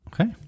Okay